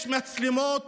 יש בו מצלמות